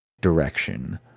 direction